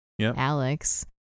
Alex